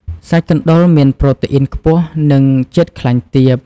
សាច់កណ្តុរមានប្រូតេអ៊ុីនខ្ពស់ និងជាតិខ្លាញ់ទាប។